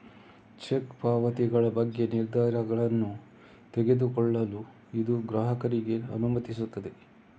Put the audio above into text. check ಪಾವತಿಗಳ ಬಗ್ಗೆ ನಿರ್ಧಾರಗಳನ್ನು ತೆಗೆದುಕೊಳ್ಳಲು ಇದು ಗ್ರಾಹಕರಿಗೆ ಅನುಮತಿಸುತ್ತದೆ